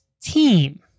team